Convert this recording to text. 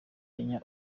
kanya